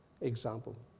example